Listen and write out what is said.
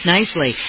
Nicely